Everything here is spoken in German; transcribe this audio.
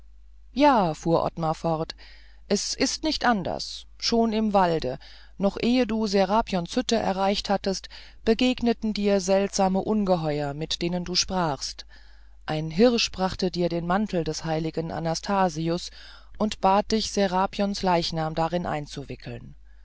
ja fuhr ottmar fort es ist nicht anders schon im walde noch ehe du serapions hütte erreicht hattest begegneten dir seltsame ungeheuer mit denen du sprachst ein hirsch brachte dir den mantel des heiligen athanasius und bat dich serapions leichnam darin einzuwickeln